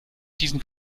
diesen